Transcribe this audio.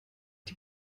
die